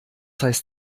heißt